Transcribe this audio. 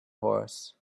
horse